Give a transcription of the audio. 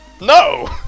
No